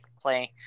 playing